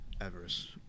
Everest